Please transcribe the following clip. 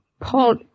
Paul